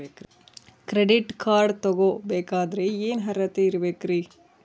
Credit card ತೊಗೋ ಬೇಕಾದರೆ ಏನು ಅರ್ಹತೆ ಇರಬೇಕ್ರಿ?